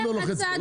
אחד לא לוחץ פה,